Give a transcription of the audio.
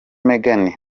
meghan